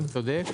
צודק?